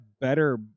better